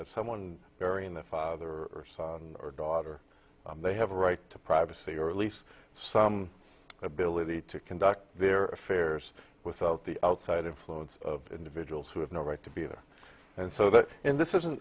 that someone burying the father or son or daughter they have a right to privacy or at least some ability to conduct their affairs without the outside influence of individuals who have no right to be there and so that in this isn't